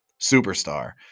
superstar